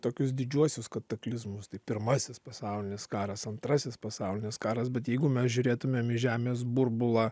tokius didžiuosius kataklizmus tai pirmasis pasaulinis karas antrasis pasaulinis karas bet jeigu mes žiūrėtumėm į žemės burbulą